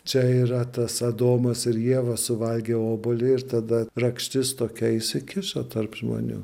čia yra tąsa domas ir ieva suvalgė obuolį ir tada rakštis tokia įsikišo tarp žmonių